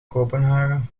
kopenhagen